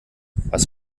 was